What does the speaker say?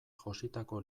jositako